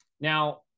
Now